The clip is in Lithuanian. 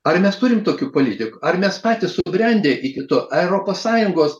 ar nes turime tokių politikų ar mes patys subrendę iki to erodo sąjungos